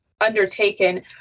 undertaken